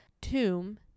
tomb